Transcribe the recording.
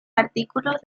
artículos